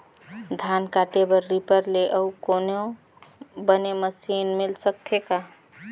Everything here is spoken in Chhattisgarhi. धान काटे बर रीपर ले अउ कोनो बने मशीन मिल सकथे का?